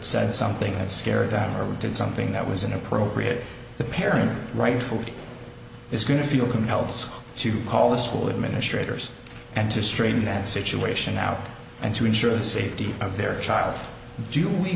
said something that scared them or did something that was inappropriate the parent rightfully is going to feel compelled to call the school administrators and to straighten that situation out and to ensure the safety of their child do we